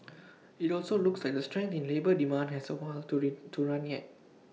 IT also looks like the strength in labour demand has A while to re to run yet